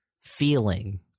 feeling